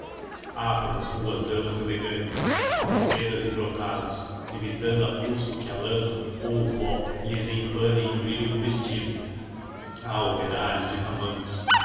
há pelas ruas damas elegantes com sedas e brocados evitando a custo que a lama ou o pó lhes empane o brilho do vestido há operário de tamancos